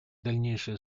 дальнейшей